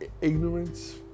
ignorance